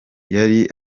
yari